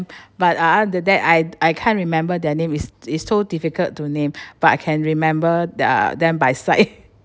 but uh the that I I can't remember their name is is so difficult to name but I can remember the them by sight